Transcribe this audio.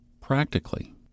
Practically